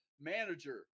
manager